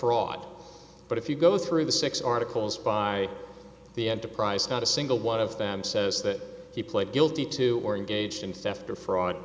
fraud but if you go through the six articles by the enterprise not a single one of them says that he pled guilty to or engaged in theft or fraud